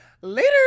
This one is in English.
Later